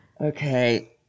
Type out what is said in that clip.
Okay